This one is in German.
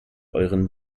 euren